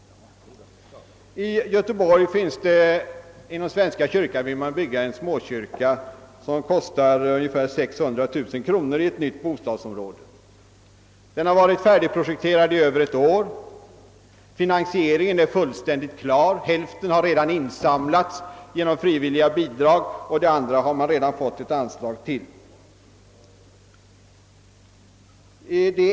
I Göteborg vill man inom svenska kyrkan i ett nytt bostadsområde bygga en småkyrka som kostar ungefär 600 000 kronor. Den har varit färdigprojekterad i över ett år; finansieringen är fullständigt klar — hälf ten har redan insamlats genom frivilliga bidrag och resten har man redan fått anslag till.